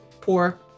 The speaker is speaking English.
poor